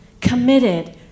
committed